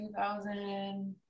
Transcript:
2000